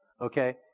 Okay